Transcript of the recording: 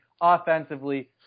offensively